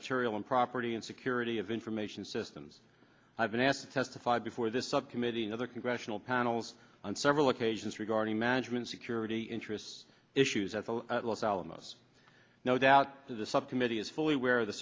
material and property and security of information systems i've been asked to testify before this subcommittee and other congressional panels on several occasions regarding management security interests issues at los alamos no doubt to the subcommittee is fully aware of the